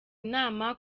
inama